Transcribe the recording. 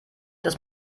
dass